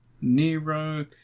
Nero